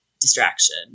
distraction